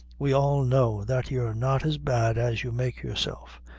we all know that you're not as bad as you make yourself.